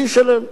שישלם.